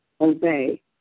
obey